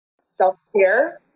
self-care